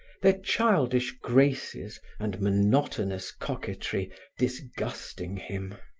their childish graces and monotonous coquetry disgusting him.